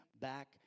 back